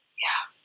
yeah.